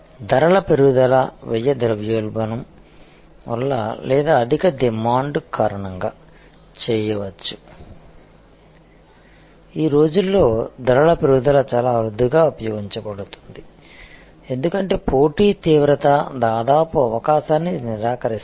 ధరల పెరుగుదల వ్యయ ద్రవ్యోల్బణం వలన లేదా అధిక డిమాండ్ కారణంగా చేయవచ్చు ఈ రోజుల్లో ధరల పెరుగుదల చాలా అరుదుగా ఉపయోగించబడుతుంది ఎందుకంటే పోటీ తీవ్రత దాదాపు అవకాశాన్ని నిరాకరిస్తుంది